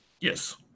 Yes